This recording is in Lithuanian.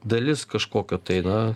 dalis kažkokio tai na